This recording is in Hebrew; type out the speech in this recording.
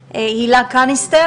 לנשים,